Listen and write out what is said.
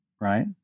right